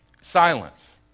Silence